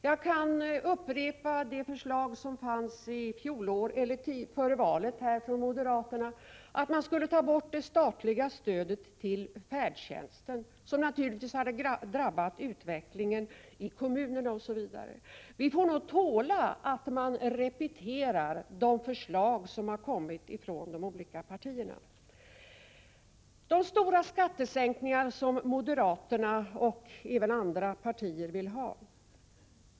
Jag kan upprepa det förslag som fanns före valet från moderaterna om att man skulle ta bort det statliga stödet till färdtjänsten, vilket naturligtvis hade drabbat utvecklingen i kommunerna, osv. Vi får nog tåla att man repeterar de förslag som har kommit från de olika partierna. Det är stora skattesänkningar som moderaterna och även andra partier vill ha.